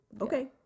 okay